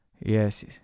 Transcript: Yes